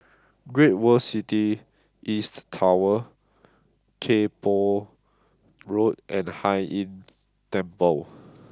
Great World City East Tower Kay Poh Road and Hai Inn Temple